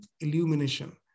illumination